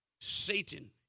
Satan